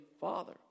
father